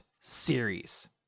series